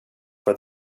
for